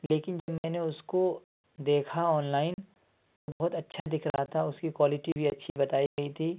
لیکن جب میں نے اس کو دیکھا آن لائن تو بہت اچھا دکھ رہا تھا اس کی کوالٹی بھی اچھی بتائی گئی تھی